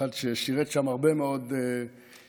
כאחד ששירת שם הרבה מאוד שנים,